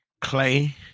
Clay